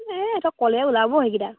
এই সিহঁতক কলে ওলাব সেইকেইটা